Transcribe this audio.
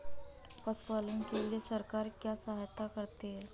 पशु पालन के लिए सरकार क्या सहायता करती है?